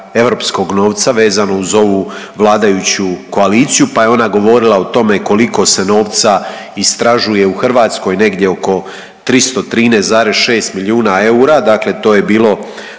europskog novca vezano uz ovu vladajuću koaliciju, pa je ona govorila o tome koliko se novca istražuje u Hrvatskoj, negdje oko 313,6 milijuna eura, dakle to je bilo